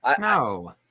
No